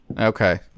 Okay